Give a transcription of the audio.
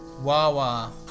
wawa